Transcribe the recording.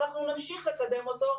ואנחנו נמשיך לקדם אותו,